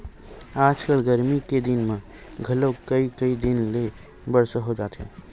आजकल गरमी के दिन म घलोक कइ कई दिन ले बरसा हो जाथे